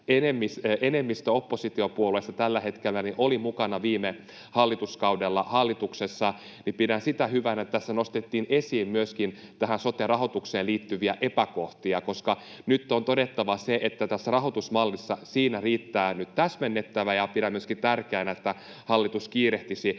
hetkellä oppositiopuolueista oli mukana viime hallituskaudella hallituksessa, että tässä nostettiin esiin myöskin tähän sote-rahoitukseen liittyviä epäkohtia, koska nyt on todettava se, että tässä rahoitusmallissa riittää täsmennettävää. Pidän myöskin tärkeänä, että hallitus kiirehtisi